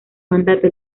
mandato